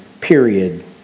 Period